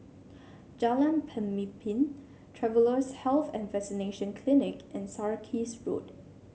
Jalan Pemimpin Travellers' Health and Vaccination Clinic and Sarkies Road